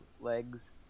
legs